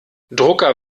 drucker